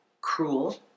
cruel